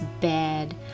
bad